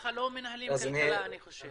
ככה לא מנהלים כלכלה, אני חושב.